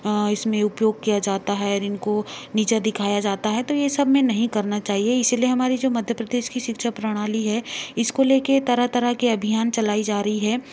इसमें उपयोग किया जाता है और इनको नीचा दिखाया जाता है तो ये सबमें नहीं करना चाहिए इसीलिए हमारी जो मध्य प्रदेश की शिक्षा प्रणाली है इसको लेके तरह तरह के अभियान चलाई जा रई है